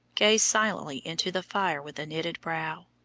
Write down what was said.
gazed silently into the fire with a knitted brow.